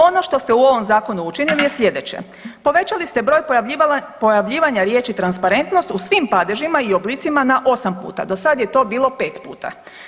Ono što ste u ovom zakonu učinili je sljedeće, povećali ste broj pojavljivanja riječi transparentnost u svim padežima i oblicima na osam puta, do sad je to bilo pet puta.